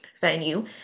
venue